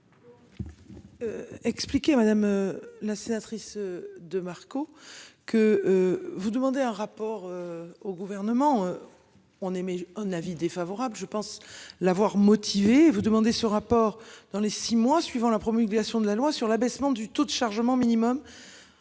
Expliquez madame la sénatrice de marque. Échos que. Vous demandez un rapport au gouvernement. On émet un avis défavorable je pense l'avoir motivé vous demander ce rapport dans les 6 mois suivant la promulgation de la loi sur l'abaissement du taux de chargement minimum.